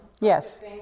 Yes